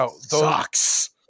sucks